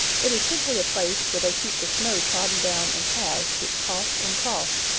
it is simply a place where they keep the snow trodden down in paths which cross and cross,